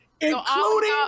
including